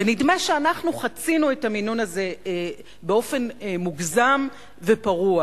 ונדמה שאנחנו חצינו את המינון הזה באופן מוגזם ופרוע.